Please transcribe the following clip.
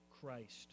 Christ